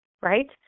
right